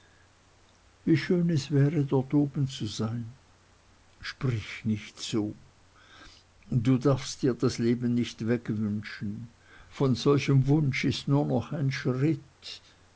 wie schön es wäre dort oben zu sein sprich nicht so du darfst dir das leben nicht wegwünschen von solchem wunsch ist nur noch ein schritt